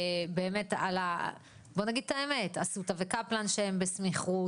בואו נגיד את האמת: אסותא וקפלן שהם בסמיכות,